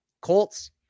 Colts